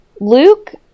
Luke